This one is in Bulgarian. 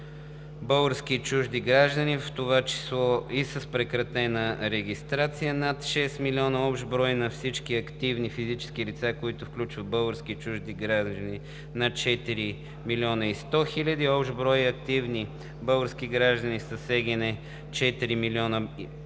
български и чужди граждани, в това число и с прекратена регистрация – над 6 милиона; общ брой на всички активни физически лица, който включва български и чужди граждани – над 4 милиона и 100 хиляди; общ брой на активните български граждани (с ЕГН) – 4 057 328; общ